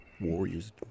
Warriors